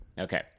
okay